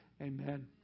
Amen